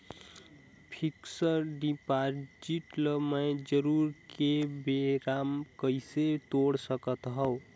Fixed deposit ल मैं जरूरत के बेरा कइसे तोड़ सकथव?